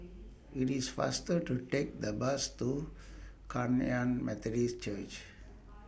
IT IS faster to Take The Bus to Kum Yan Methodist Church